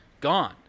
gone